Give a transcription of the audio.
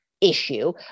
issue